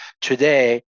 Today